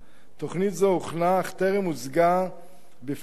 תוכנית זו הוכנה אך טרם הוצגה בפני שר